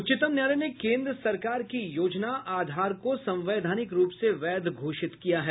उच्चतम न्यायालय ने केन्द्र सरकार की योजना आधार को संवैधानिक रूप से वैध घोषित किया है